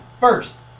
First